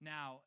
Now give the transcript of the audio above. Now